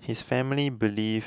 his family believe